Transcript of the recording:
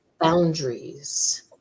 boundaries